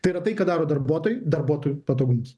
tai yra tai ką daro darbuotojai darbuotojų patogumas